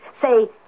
Say